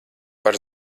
par